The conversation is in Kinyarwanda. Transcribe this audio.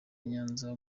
nyanza